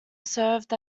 served